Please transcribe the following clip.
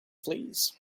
fleas